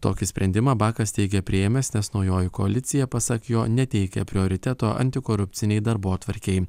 tokį sprendimą bakas teigė priėmęs nes naujoji koalicija pasak jo neteikia prioriteto antikorupcinei darbotvarkei